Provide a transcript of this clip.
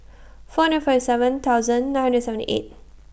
four hundred forty seven thousand nine hundred seventy eight